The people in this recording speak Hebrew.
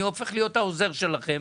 אני הופך להיות העוזר שלכם.